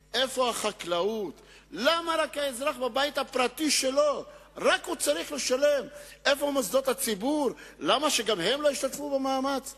מזומנים, והוא צריך לשלם את הכסף למשכורת או